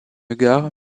gare